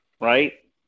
right